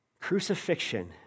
Crucifixion